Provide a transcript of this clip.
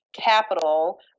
capital